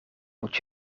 moet